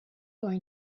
going